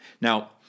Now